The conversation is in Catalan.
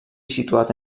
situat